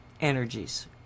energies